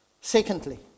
Secondly